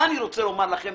מה אני רוצה לומר לכם?